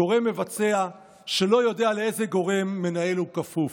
גורם מבצע שלא יודע לאיזה גורם מנהל הוא כפוף.